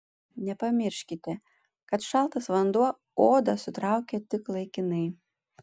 nepamirškite kad šaltas vanduo odą sutraukia tik laikinai